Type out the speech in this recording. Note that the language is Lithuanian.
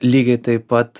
lygiai taip pat